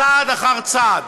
צעד אחר צעד,